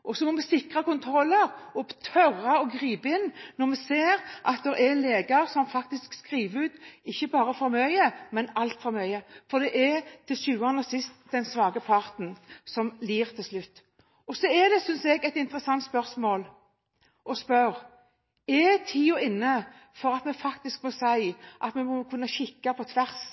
Vi må sikre kontroller og tørre å gripe inn når vi ser at det er leger som skriver ut ikke bare for mye, men altfor mye. Det er til syvende og sist den svake parten som lider. Det er også interessant å stille spørsmål om tiden er inne for at vi må si at vi må kunne se på